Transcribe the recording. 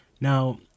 Now